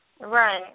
Right